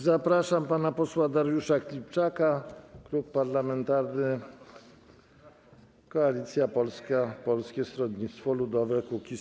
Zapraszam pana posła Dariusza Klimczaka, Klub Parlamentarny Koalicja Polska - Polskie Stronnictwo Ludowe - Kukiz15.